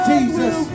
Jesus